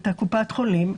את קופת חולים,